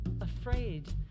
afraid